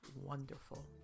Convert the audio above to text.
wonderful